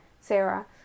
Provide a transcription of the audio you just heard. sarah